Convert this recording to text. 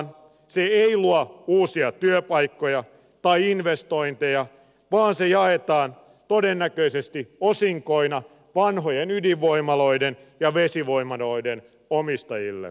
se ei luo uusia työpaikkoja tai investointeja vaan se jaetaan todennäköisesti osinkoina vanhojen ydinvoimaloiden ja vesivoimaloiden omistajille